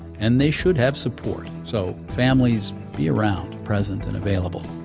and they should have support. so families be around, present and available.